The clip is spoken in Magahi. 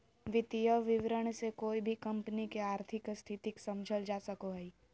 वित्तीय विवरण से कोय भी कम्पनी के आर्थिक स्थिति समझल जा सको हय